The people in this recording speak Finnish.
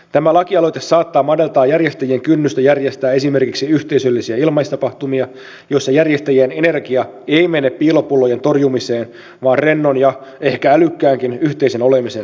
tämä lakialoite saattaa madaltaa järjestäjien kynnystä järjestää esimerkiksi yhteisöllisiä ilmaistapahtumia joissa järjestäjien energia ei mene piilopullojen torjumiseen vaan rennon ja ehkä älykkäänkin yhteisen olemisen luomiseen